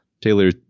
Taylor